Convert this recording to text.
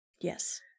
Yes